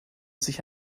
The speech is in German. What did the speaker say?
sich